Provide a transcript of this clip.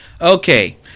Okay